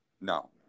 No